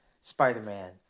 Spider-Man